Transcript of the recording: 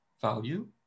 value